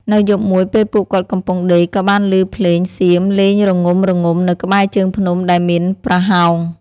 នៅយប់មួយពេលពួកគាត់កំពុងដេក ក៏បានឮភ្លេងសៀមលេងរងំៗនៅក្បែរជើងភ្នំដែលមានប្រហោង។